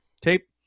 tape